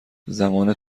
زمان